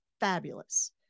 fabulous